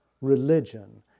religion